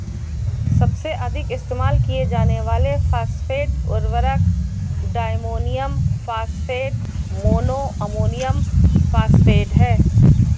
सबसे अधिक इस्तेमाल किए जाने वाले फॉस्फेट उर्वरक diammonium phosphate, mono ammonium phosphate हैं